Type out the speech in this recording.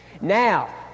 Now